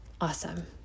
awesome